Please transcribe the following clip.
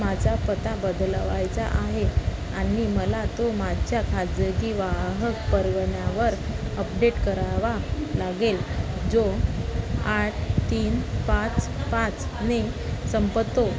माझा पत्ता बदलवायचा आहे आणि मला तो माझ्या खाजगी वाहक परवान्यावर अपडेट करावा लागेल जो आठ तीन पाच पाच ने संपतो